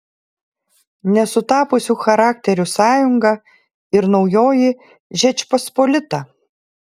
nesutapusių charakterių sąjunga ir naujoji žečpospolita